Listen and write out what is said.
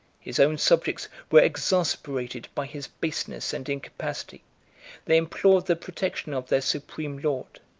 his own subjects were exasperated by his baseness and incapacity they implored the protection of their supreme lord.